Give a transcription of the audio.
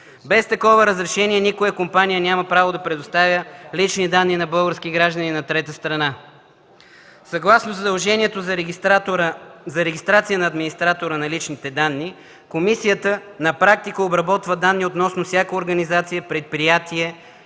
Без такова разрешение никоя компания няма право да предоставя лични данни на български граждани на трета страна. Съгласно задължението за регистрация на администратора на личните данни комисията на практика обработва данни относно всяка организация, предприятие